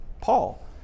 Paul